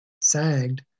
sagged